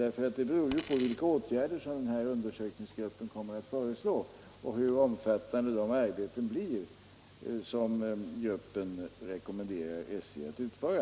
Det beror ju på vilka åtgärder som den här undersökningsgruppen kommer att föreslå och hur omfattande de arbeten blir som gruppen rekommenderar SJ att utföra.